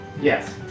Yes